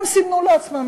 הם סימנו לעצמם